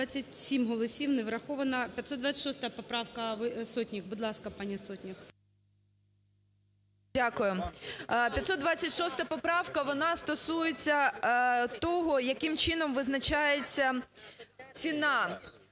526 поправка вона стосується того, яким чином визначається ціна.